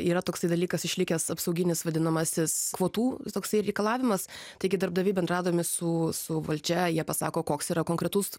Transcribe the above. yra toksai dalykas išlikęs apsauginis vadinamasis kvotų toksai reikalavimas taigi darbdaviai bendraudami su su valdžia jie pasako koks yra konkretus